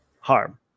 harm